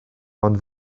ond